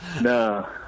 No